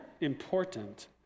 important